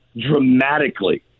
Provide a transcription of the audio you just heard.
dramatically